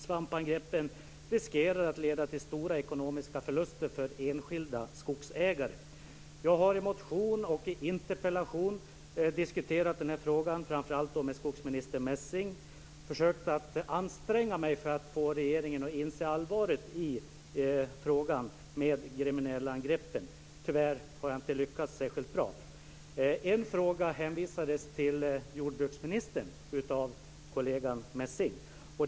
Svampangreppen riskerar att leda till stora ekonomiska förluster för enskilda skogsägare. Jag har i motioner och i interpellationer diskuterat den här frågan med framför allt skogsminister Messing. Jag har försökt att anstränga mig för att få regeringen att inse allvaret i frågan med gremmeniellaangreppen. Tyvärr har jag inte lyckats särskilt bra. En fråga hänvisades till jordbruksministern av kollegan Messing.